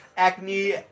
Acne